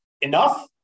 enough